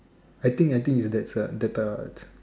I think I think is that type of